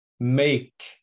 make